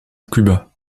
cuba